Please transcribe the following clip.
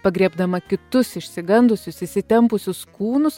pagriebdama kitus išsigandusius įsitempusius kūnus